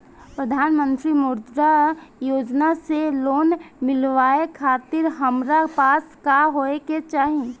प्रधानमंत्री मुद्रा योजना से लोन मिलोए खातिर हमरा पास का होए के चाही?